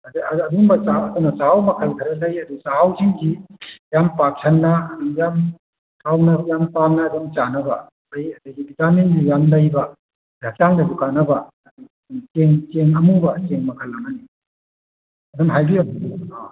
ꯑꯗꯨꯝꯕ ꯀꯩꯅꯣ ꯆꯥꯛꯍꯥꯎ ꯃꯈꯜ ꯈꯔ ꯂꯩ ꯑꯗꯨ ꯆꯥꯛꯍꯥꯎꯁꯤꯡꯁꯤ ꯌꯥꯝ ꯄꯥꯛꯁꯟꯅ ꯌꯥꯝ ꯍꯥꯎꯅ ꯌꯥꯝ ꯄꯥꯝꯅ ꯑꯗꯨꯝ ꯆꯥꯅꯕ ꯑꯗꯒꯤ ꯚꯤꯇꯥꯃꯤꯟꯁꯨ ꯌꯥꯝꯅ ꯂꯩꯕ ꯍꯛꯆꯥꯡꯗꯁꯨ ꯀꯥꯟꯅꯕ ꯆꯦꯡ ꯑꯃꯨꯕ ꯆꯦꯡ ꯃꯈꯜ ꯑꯃꯅꯤ ꯑꯗꯨꯝ ꯍꯥꯏꯕꯤꯌꯣ